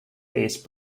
these